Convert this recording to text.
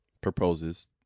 Proposes